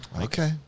Okay